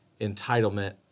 entitlement